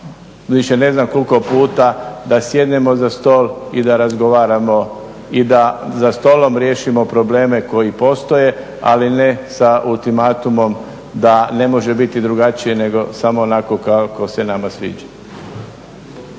više ne znam koliko puta da sjednemo za stol i da razgovaramo i da za stolom riješimo probleme koji postoje ali ne sa ultimatumom da ne može biti drugačije nego samo onako kako se nama sviđa.